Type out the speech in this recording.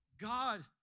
God